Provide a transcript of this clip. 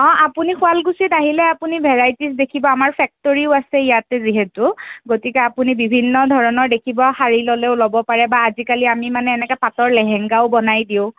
অঁ আপুনি শুৱালকুছিত আহিলে আপুনি ভেৰাইটিজ দেখিব আমাৰ ফেক্টৰীও আছে ইয়াতে যিহেতু গতিকে আপুনি বিভিন্ন ধৰণৰ দেখিব শাৰী ল'লেও ল'ব পাৰে বা আজিকালি আমি মানে এনেকৈ পাটৰ লেহেংগাও বনাই দিওঁ